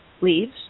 leaves